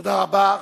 תודה רבה.